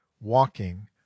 walking